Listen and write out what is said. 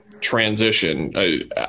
transition